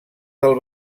del